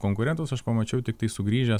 konkurentus aš pamačiau tiktais sugrįžęs